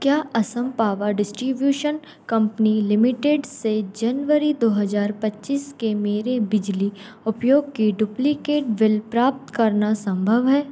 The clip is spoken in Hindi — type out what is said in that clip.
क्या Assam power distribution company limited से जनवरी दो हज़ार पच्चीस के मेरे बिजली उपयोग की डुप्लिकेट बिल प्राप्त करना सम्भव है